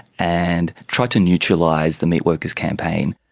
and tried to neutralise the meatworkers' campaign.